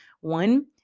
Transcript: One